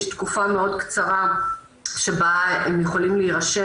יש תקופה מאוד קצרה שבה הם יכולים להירשם